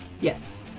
Yes